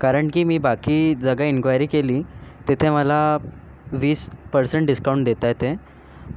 कारण की मी बाकी जागी एन्क्वायरी केली तिथे मला वीस पर्सेंट डिस्काउंट देत आहेत ते